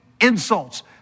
insults